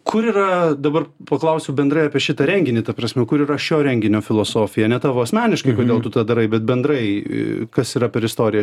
kur yra dabar paklausiu bendrai apie šitą renginį ta prasme kur yra šio renginio filosofija ne tavo asmeniškai kodėl tu tą darai bet bendrai kas yra per istorija